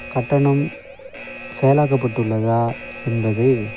கட்டணம் செயலாக்கப்பட்டுள்ளதா என்பதை